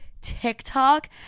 tiktok